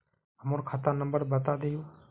हमर खाता नंबर बता देहु?